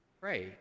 pray